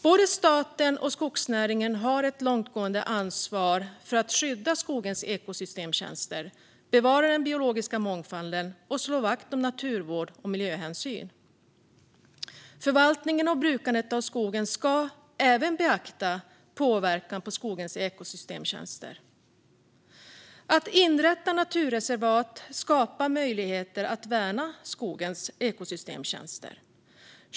Både staten och skogsnäringen har ett långtgående ansvar för att skydda skogens ekosystemtjänster, bevara den biologiska mångfalden och slå vakt om naturvård och miljöhänsyn. Förvaltningen och brukandet av skogen ska även beakta påverkan på skogens ekosystemtjänster. Att inrätta naturreservat skapar möjligheter att värna dessa ekosystemtjänster.